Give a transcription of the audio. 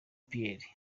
pierre